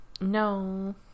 No